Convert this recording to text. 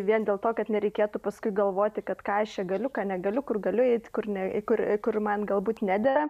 vien dėl to kad nereikėtų paskui galvoti kad ką aš čia galiu ką negaliu kur galiu eit kur ne kur kur man galbūt nedera